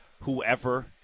whoever